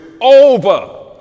over